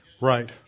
Right